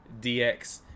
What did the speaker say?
DX